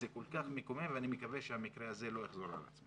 זה כל כך מקומם ואני מקווה שהמקרה הזה לא יחזור על עצמו.